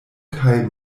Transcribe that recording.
kaj